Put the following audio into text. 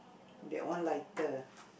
that one lighter